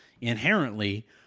inherently